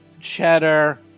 Cheddar